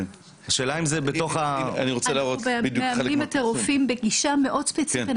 השאלה אם זה בתוך ה --- אנחנו מלמדי את הרופאים בגישה מאוד ספציפית.